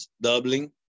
Dublin